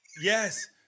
Yes